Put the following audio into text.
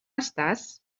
estàs